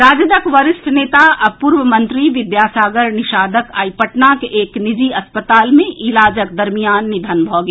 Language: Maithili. राजदक वरिष्ठ नेता आ पूर्व मंत्री विद्यासागर निषादक आई पटनाक एक निजी अस्पताल मे इलाजक दरमियान निधन भऽ गेल